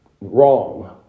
wrong